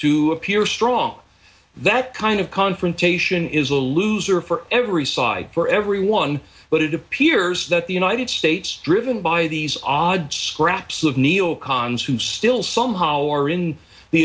to appear strong that kind of confrontation is a loser for every side for everyone but it appears that the united states driven by these odd scraps of neo cons who still somehow are in the